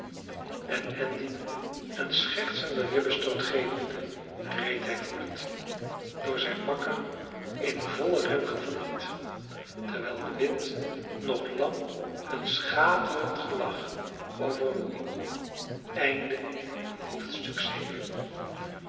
en andy een schertsenden ribbestoot gevende reed hij voort door zijnen makker in vollen ren gevolgd terwijl de wind nog lang hun schaterend gelach overwoei